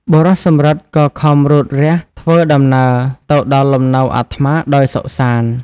បុរសសំរិទ្ធ ក៏ខំរូតរះធ្វើដំណើរទៅដល់លំនៅអាត្មាដោយសុខសាន្ត ។